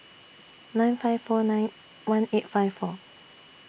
nine five four nine one eight five four